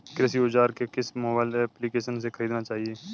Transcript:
कृषि औज़ार को किस मोबाइल एप्पलीकेशन से ख़रीदना चाहिए?